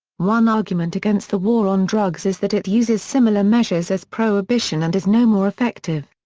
one argument against the war on drugs is that it uses similar measures as prohibition and is no more effective.